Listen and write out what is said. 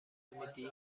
نمیدی